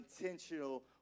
intentional